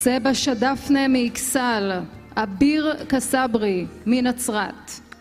צבשה דפנא מעיכסל, אביר קסברי, מנצרת